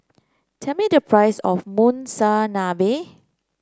tell me the price of Monsunabe